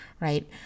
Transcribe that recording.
right